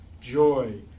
joy